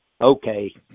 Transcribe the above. okay